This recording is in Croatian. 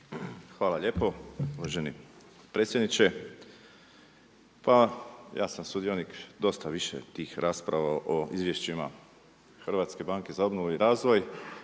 Hvala lijepo uvaženi predsjedniče. Pa ja sam sudionik dosta više tih rasprave o izvješćima HBOR-a, uvijek su one